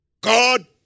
God